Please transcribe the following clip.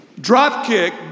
dropkick